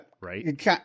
Right